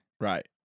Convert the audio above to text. Right